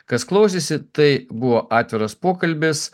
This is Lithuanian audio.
kas klausėsi tai buvo atviras pokalbis